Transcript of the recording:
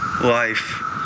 life